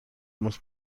muss